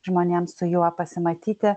žmonėms su juo pasimatyti